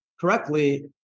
correctly